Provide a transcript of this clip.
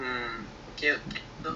um